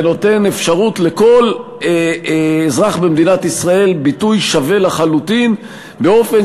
ונותן אפשרות לכל אזרח במדינת ישראל ביטוי שווה לחלוטין באופן